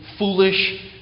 Foolish